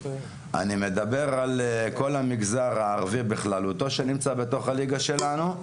אני מדבר על כל המגזר הערבי בכללותו שנמצא בתוך הליגה שלנו,